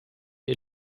ihr